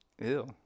Ew